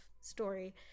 story